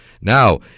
Now